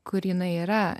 kur jinai yra